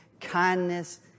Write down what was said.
kindness